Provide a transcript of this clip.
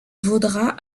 vaudra